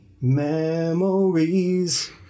memories